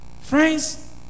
Friends